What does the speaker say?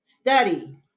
study